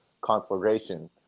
conflagration